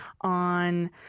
on